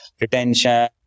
retention